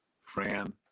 Fran